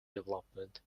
development